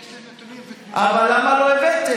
יש לי נתונים, אבל למה לא הבאתם?